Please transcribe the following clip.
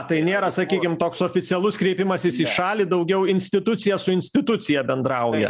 tai nėra sakykim toks oficialus kreipimasis į šalį daugiau institucija su institucija bendrauja